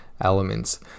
elements